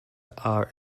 are